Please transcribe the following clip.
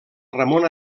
ramon